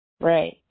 Right